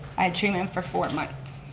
i had treatment for four months,